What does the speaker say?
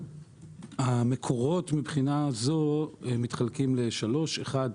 המקורות מבחינה זו מתחלקים לשלוש: אחת,